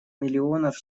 миллионов